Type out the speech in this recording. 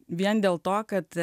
vien dėl to kad